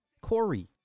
Corey